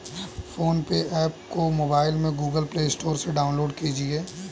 phone पे app को mobile में गूगल प्ले स्टोर से डाउनलोड कीजिए